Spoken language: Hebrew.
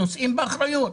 נושאים באחריות.